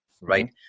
right